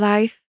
Life